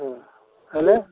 ହେଲେ